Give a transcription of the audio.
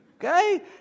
Okay